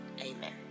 Amen